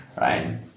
right